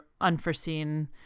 unforeseen